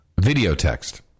Videotext